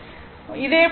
அதேபோல் VV3 r I